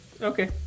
Okay